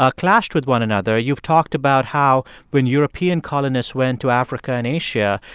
ah clashed with one another. you've talked about how when european colonists went to africa and asia,